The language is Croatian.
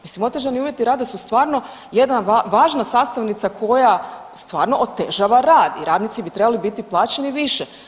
Mislim otežani uvjeti rada su stvarno jedna važna sastavnica koja stvarno otežava rad i radnici bi trebali biti plaćeni više.